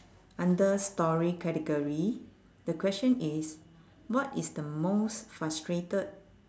under story category the question is what is the most frustrated